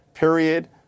Period